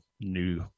new